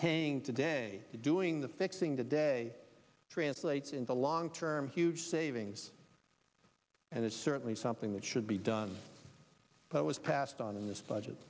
paying today doing the fixing today translates into long term huge savings and it's certainly something that should be done but was passed on in this budget